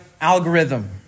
algorithm